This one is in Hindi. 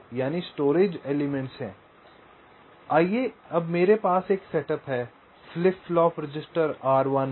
रिफर स्लाइड टाइम 1451 आइए मेरे पास एक सेटअप है फ्लिप फ्लॉप रजिस्टर R1 है